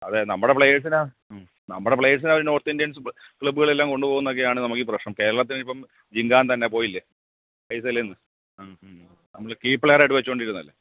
അതെ നമ്മുടെ പ്ലയേർസിനെ മ് നമ്മുടെ പ്ലയേസിനെ അവർ നോർത്ത് ഇൻഡ്യൻസ് ക്ലബ്ബുകളെല്ലാം കൊണ്ടു പോകുന്നതൊക്കെയാണ് ന മുക്കീ പ്രശ്നം കേരളത്തിൽ ഇപ്പം ജിങ്കാൻ തന്നെ പോയില്ലേ തലേന്ന് മ് മ് നമ്മൾ കീ പ്ലെയറായിട്ട് വെച്ചു കൊണ്ടിരുന്നതല്ലേ